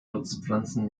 nutzpflanzen